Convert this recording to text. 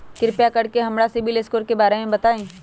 कृपा कर के हमरा सिबिल स्कोर के बारे में बताई?